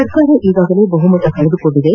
ಸರ್ಕಾರ ಈಗಾಗಲೇ ಬಹುಮತ ಕಳೆದುಕೊಂಡಿದೆ